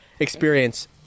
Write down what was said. Experience